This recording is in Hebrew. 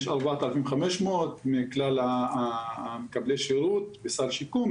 יש 4,500 מכלל מקבלי השירות בסל שיקום,